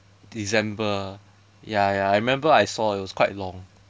december ya ya I remember I saw it was quite long